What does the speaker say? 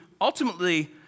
ultimately